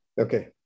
Okay